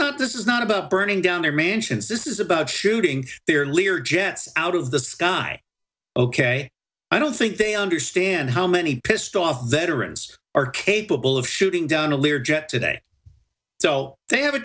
have this is not about burning down their mansions this is about shooting their lear jets out of the sky ok i don't think they understand how many pissed off veterans are capable of shooting down a lier jet today so they have a